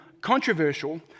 controversial